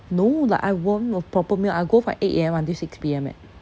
no like I want a proper meal I go from eight A_M until six P_M eh